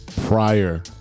prior